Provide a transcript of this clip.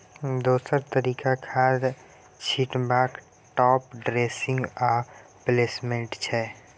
दोसर तरीका खाद छीटबाक टाँप ड्रेसिंग आ प्लेसमेंट छै